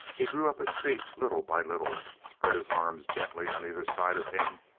he drew up his feet little by little, spread his arms gently on either side of him,